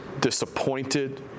disappointed